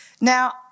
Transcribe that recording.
Now